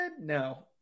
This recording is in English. No